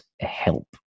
help